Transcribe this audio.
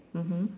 mmhmm